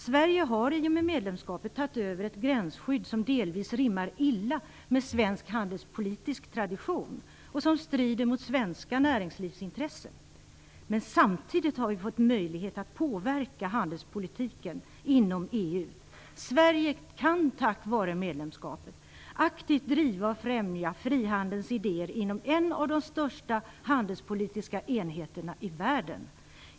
Sverige har i och med medlemskapet tagit över ett gränsskydd som delvis rimmar illa med svensk handelspolitisk tradition och som strider mot svenska näringslivsintressen. Men samtidigt har vi fått möjlighet att påverka handelspolitiken inom EU. Sverige kan tack vare medlemskapet aktivt driva och främja frihandelns idéer inom en av de största handelspolitiska enheterna i världen.